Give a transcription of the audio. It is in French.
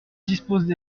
disposent